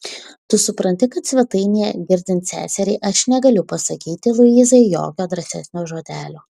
tu supranti kad svetainėje girdint seseriai aš negaliu pasakyti luizai jokio drąsesnio žodelio